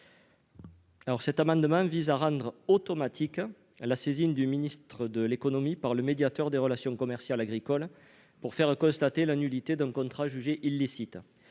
Cet amendement vise à rendre automatique la saisine du ministre de l'économie par le médiateur des relations commerciales agricoles pour faire constater la nullité d'un contrat jugé illicite.